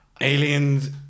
Aliens